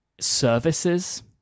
services